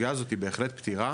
הסוגייה הזאתי בהחלט פתירה.